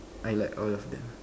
I like all of them